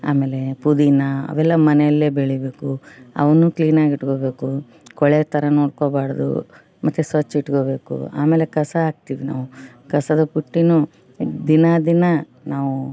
ಆಮೇಲೆ ಪುದೀನಾ ಅವೆಲ್ಲ ಮನೆಯಲ್ಲೇ ಬೆಳೀಬೇಕು ಅವನ್ನು ಕ್ಲೀನಾಗಿ ಇಟ್ಕೊಳ್ಬೇಕು ಕೊಳೆಯೋ ಥರ ನೋಡ್ಕೊಳ್ಬಾರ್ದು ಮತ್ತೆ ಸ್ವಚ್ಛ ಇಟ್ಕೊಳ್ಬೇಕ ಆಮೇಲೆ ಕಸ ಹಾಕ್ತೀವಿ ನಾವು ಕಸದ ಬುಟ್ಟೀನೂ ದಿನಾ ದಿನಾ ನಾವು